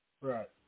Right